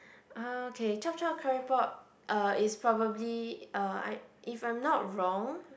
uh okay chop chop curry pok uh is probably uh I if I'm not wrong